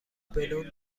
بلوند